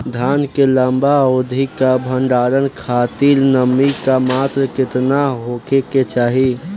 धान के लंबा अवधि क भंडारण खातिर नमी क मात्रा केतना होके के चाही?